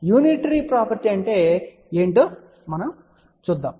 unitary property అంటే ఏమిటో ఒక్కొక్కటిగా వివరిస్తాను